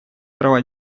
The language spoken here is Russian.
права